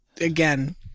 again